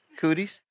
Cooties